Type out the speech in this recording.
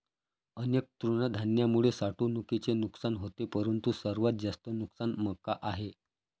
अनेक तृणधान्यांमुळे साठवणुकीचे नुकसान होते परंतु सर्वात जास्त नुकसान मका आहे